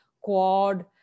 quad